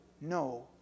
no